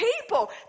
people